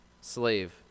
slave